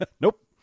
Nope